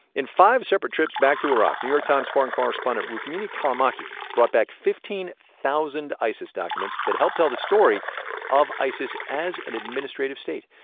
in five separate trips back to iraq, new york times foreign correspondent rukmini callimachi brought back fifteen thousand isis documents that help tell the story of isis as an administrative state.